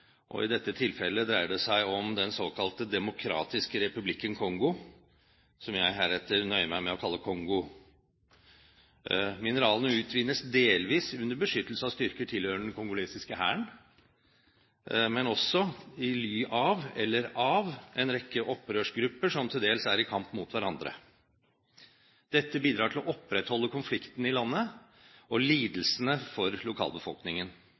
og i dette tilfellet dreier det seg om den såkalte demokratiske republikken Kongo, som jeg heretter nøyer meg med å kalle Kongo. Mineralene utvinnes delvis under beskyttelse av styrker tilhørende den kongolesiske hæren, men også i ly av eller av en rekke opprørsgrupper som til dels er i kamp mot hverandre. Dette bidrar til å opprettholde konflikten i landet og lidelsene for lokalbefolkningen.